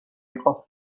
იყო